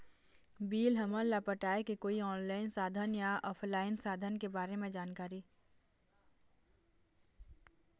Bill हमन ला पटाए के कोई ऑनलाइन साधन या ऑफलाइन साधन के बारे मे जानकारी?